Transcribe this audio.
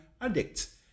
addicts